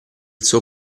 suo